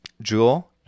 jewel